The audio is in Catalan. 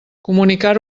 comunicar